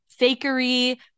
fakery